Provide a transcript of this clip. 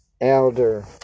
elder